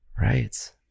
Right